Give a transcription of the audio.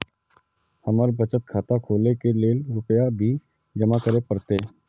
हमर बचत खाता खोले के लेल रूपया भी जमा करे परते?